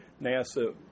NASA